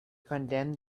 condemned